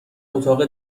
اتاق